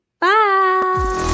bye